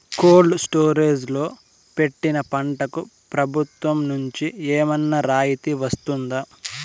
Cold storage లో పెట్టిన పంటకు ప్రభుత్వం నుంచి ఏమన్నా రాయితీ వస్తుందా?